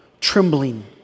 trembling